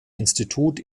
institut